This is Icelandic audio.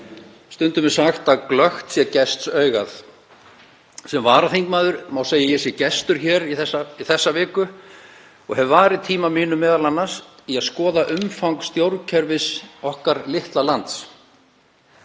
Stundum er sagt að glöggt sé gests augað. Sem varaþingmaður má segja að ég sé gestur hér þessa viku og hef m.a. varið tíma mínum í að skoða umfang stjórnkerfis okkar litla lands.